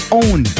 own